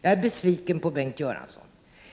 Jag är besviken på Bengt Göransson,